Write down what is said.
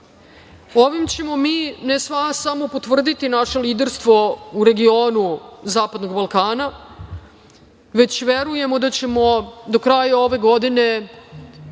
Ovim ćemo mi ne samo potvrditi naše liderstvo u regionu Zapadnog Balkana, već verujemo da ćemo do kraja ove godine